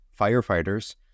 firefighters